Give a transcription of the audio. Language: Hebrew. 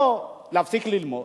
או להפסיק ללמוד,